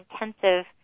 intensive